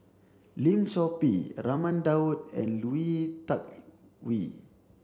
Lim Chor Pee Raman Daud and Lui Tuck Yew